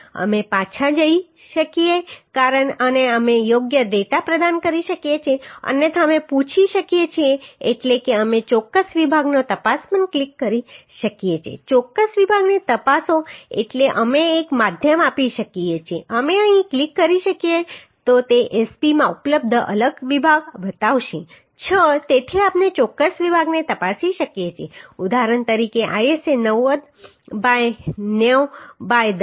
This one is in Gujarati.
અમે પાછા જઈ શકીએ છીએ અને અમે યોગ્ય ડેટા પ્રદાન કરી શકીએ છીએ અન્યથા અમે પૂછી શકીએ છીએ એટલે કે અમે ચોક્કસ વિભાગને તપાસો પર ક્લિક કરી શકીએ છીએ ચોક્કસ વિભાગને તપાસો એટલે અમે એક માધ્યમ આપી શકીએ જો અમે અહીં ક્લિક કરી શકીએ તો તે SP માં ઉપલબ્ધ અલગ વિભાગ બતાવશે 6 તેથી આપણે ચોક્કસ વિભાગને તપાસી શકીએ છીએ ઉદાહરણ તરીકે ISA 90 બાય 90 બાય 10